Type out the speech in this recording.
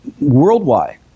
worldwide